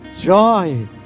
Joy